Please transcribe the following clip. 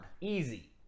Easy